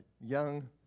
young